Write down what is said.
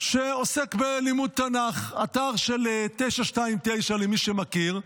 שעוסק בלימוד תנ"ך, אתר 929, למי שמכיר.